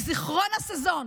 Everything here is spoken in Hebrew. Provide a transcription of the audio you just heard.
מזיכרון הסזון,